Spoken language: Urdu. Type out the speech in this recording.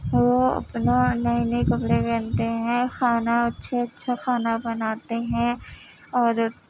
وہ اپنا نئے نئے کپڑے پہنتے ہیں کھانا اچھے اچھا کھانا بناتے ہیں اور